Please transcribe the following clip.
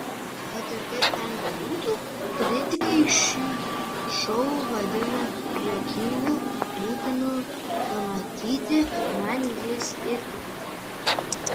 kad ir kaip ten bebūtų kritikai šį šou vadina juokingu būtinu pamatyti man jis irgi patinka